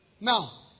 Now